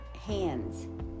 hands